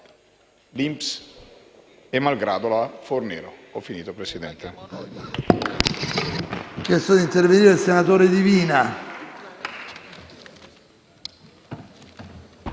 l'INPS e malgrado la Fornero».